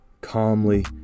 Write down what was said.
calmly